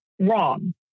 wrong